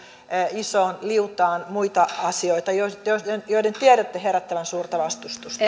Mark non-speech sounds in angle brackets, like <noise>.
isoon liutaan muita asioita joiden tiedätte herättävän suurta vastustusta <unintelligible>